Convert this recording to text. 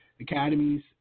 academies